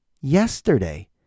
yesterday